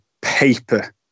paper